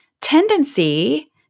tendency